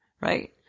Right